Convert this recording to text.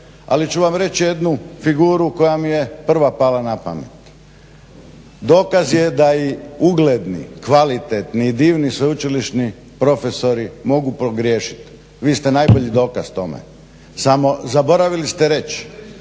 Ali ću vam reći jednu figuru koja mi je prva pala na pamet, dokaz je da i ugledni, kvalitetni i divni sveučilišni profesori mogu pogriješit, vi ste najbolji dokaz tome. Samo zaboravili ste reći,